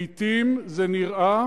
לעתים זה נראה,